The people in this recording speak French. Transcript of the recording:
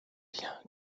viens